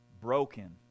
broken